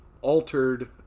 altered